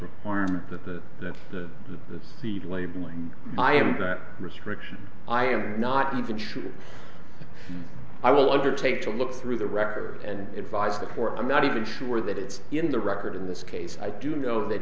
requirement that the that the the speed labeling i am that restriction i am not even sure that i will undertake to look through the records and advise the court i'm not even sure that it's in the record in this case i do know that